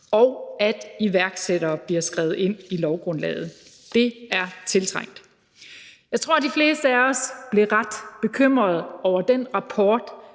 og at iværksættere bliver skrevet ind i lovgrundlaget. Det er tiltrængt. Jeg tror, at de fleste af os blev ret bekymrede over den rapport,